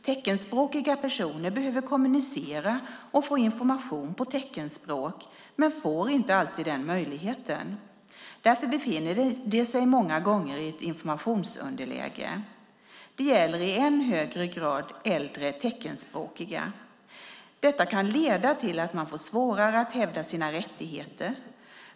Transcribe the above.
Teckenspråkiga personer behöver kommunicera och få information på teckenspråk, men de får inte alltid den möjligheten. Därför befinner de sig många gånger i ett informationsunderläge. Det gäller i än högre grad äldre teckenspråkiga. Detta kan leda till att man får svårare att hävda sina rättigheter.